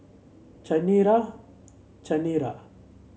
Chanira Chanira